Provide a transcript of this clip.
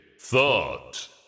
Thought